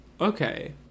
Okay